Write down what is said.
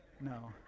No